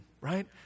Right